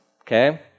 okay